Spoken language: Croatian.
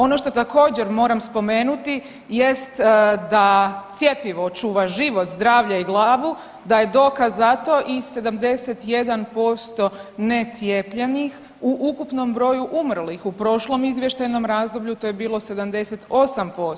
Ono što također, moram spomenuti da cjepivo čuva život, zdravlje i glavu, da je dokaz za to i 71% necijepljenih u ukupnom broju umrlih u prošlom izvještajnom razdoblju, to je bilo 78%